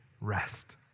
rest